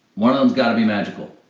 one of them's got to be magical.